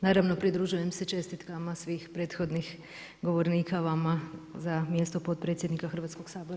Naravno pridružujem se čestitkama svih prethodnih govornika vama za mjesto potpredsjednika Hrvatskog sabora.